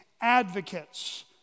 advocates